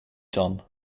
done